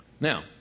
Now